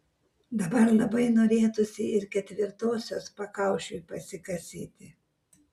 dabar labai norėtųsi ir ketvirtosios pakaušiui pasikasyti